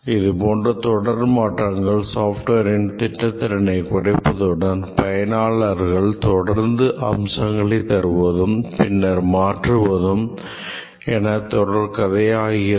இதுபோன்ற தொடர் மாற்றங்கள் softwareன் திட்டத்திறனை குறைப்பதுடன் பயனாளர்கள் தொடர்ந்து அம்சங்களை தருவதும் பின்னர் மாற்றுவதும் என தொடர்கதை ஆகிறது